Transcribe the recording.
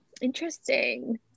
interesting